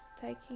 taking